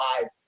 five